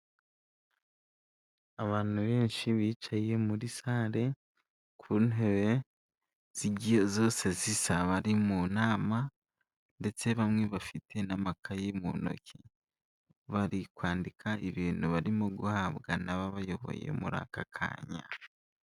Abantu benshi bicaye muri sare ku ntebe zigiye zose zisa bari mu nama ndetse bamwe bafite n'amakayi mu ntoki bari kwandika ibintu barimo guhabwa n'ababayoboye muri aka kanya.